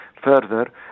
Further